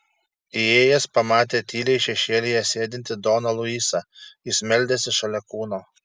įėjęs pamatė tyliai šešėlyje sėdintį doną luisą jis meldėsi šalia kūno